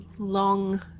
Long